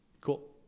Cool